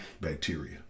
bacteria